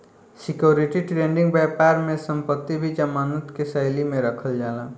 security trading बैपार में संपत्ति भी जमानत के शैली में रखल जाला